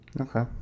Okay